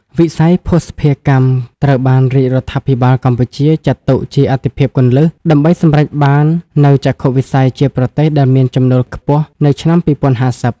វិស័យភស្តុភារកម្មត្រូវបានរាជរដ្ឋាភិបាលកម្ពុជាចាត់ទុកជាអាទិភាពគន្លឹះ ដើម្បីសម្រេចបាននូវចក្ខុវិស័យជាប្រទេសដែលមានចំណូលខ្ពស់នៅឆ្នាំ ២០៥០។